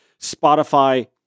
Spotify